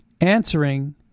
answering